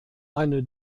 eine